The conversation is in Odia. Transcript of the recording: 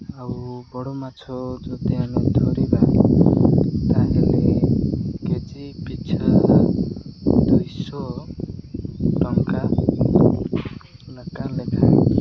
ଆଉ ବଡ଼ ମାଛ ଯଦି ଆମେ ଧରିବା ତା'ହେଲେ କେ ଜି ପିଛା ଦୁଇଶହ ଟଙ୍କା ଲାକା ଲେଖାଏଁ